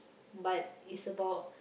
but is about